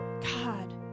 God